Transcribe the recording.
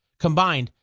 combined,